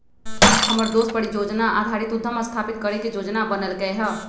हमर दोस परिजोजना आधारित उद्यम स्थापित करे के जोजना बनलकै ह